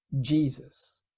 Jesus